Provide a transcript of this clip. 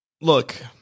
look